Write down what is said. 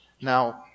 Now